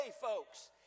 folks